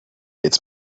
its